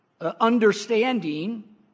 understanding